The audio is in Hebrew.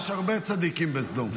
אני אומר שיש הרבה צדיקים בסדום.